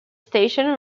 station